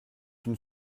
une